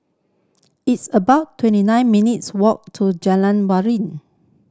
it's about twenty nine minutes' walk to Jalan